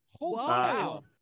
Wow